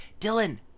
Dylan